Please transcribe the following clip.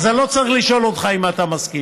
אז אני לא צריך לשאול אותך אם אתה מסכים,